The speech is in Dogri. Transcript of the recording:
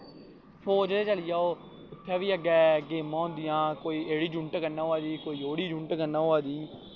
फोज च चली जाओ उत्थें बी अग्गैं गेमां होंदियां कोई एह्कड़ी जुनिट कन्नै होआ दी कोई ओह्कड़ी जुनिट कन्नै होआ दी